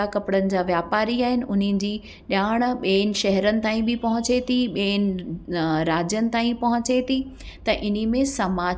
कपिड़नि जा वापारी आहिनि उन्हनि जी ॼाणु ॿेअनि शहरनि ताईं बी पहुचे थी ॿेअनि राज्यनि ताईं पहुचे थी त इन में समाचार